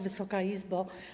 Wysoka Izbo!